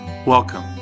Welcome